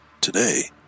Today